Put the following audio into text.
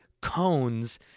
cones